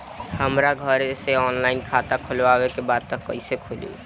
हमरा घरे से ऑनलाइन खाता खोलवावे के बा त कइसे खुली?